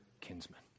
kinsman